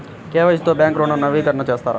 KYC తో bank ఋణం నవీకరణ చేస్తారా?